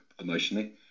emotionally